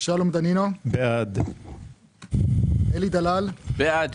בעד שלום דנינו בעד אלי דלאל בעד